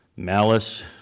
malice